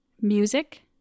music